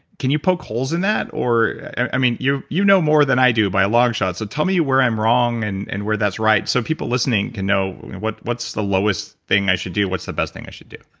can you poke holes in that or. i mean, you you know more than i do by a long shot, so tell me where i'm wrong and and where that's right so people listening can know what's what's the lowest thing i should do? what's the best thing i should do?